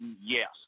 Yes